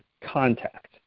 contact